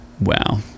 Wow